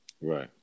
Right